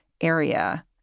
area